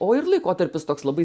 o ir laikotarpis toks labai